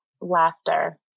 laughter